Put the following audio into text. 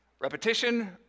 Repetition